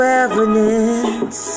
evidence